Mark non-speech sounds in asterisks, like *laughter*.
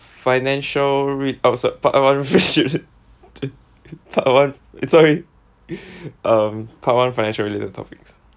financial re~ outside part one *laughs* part one sorry um part one financial related topics